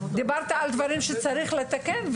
דיברת על דברים שצריך לתקן,